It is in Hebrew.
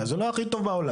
הוא לא הכי טוב בעולם,